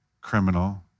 criminal